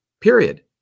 Period